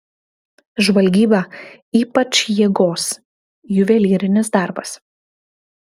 žvalgyba ypač jėgos juvelyrinis darbas